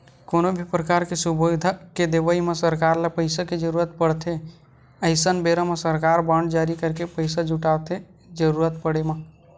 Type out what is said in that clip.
कोनो भी परकार के सुबिधा के देवई म सरकार ल पइसा के जरुरत पड़थे अइसन बेरा म सरकार बांड जारी करके पइसा जुटाथे जरुरत पड़े म